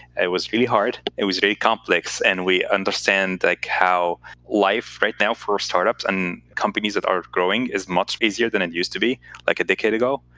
it was really hard. it was very complex. and we understand like how life, right now, for startups and companies that are growing is much busier than it used to be like a decade ago.